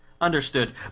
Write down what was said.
Understood